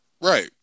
Right